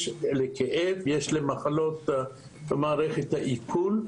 יש לכאב, יש למחלות במערכת העיכול,